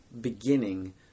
beginning